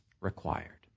required